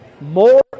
more